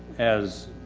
as,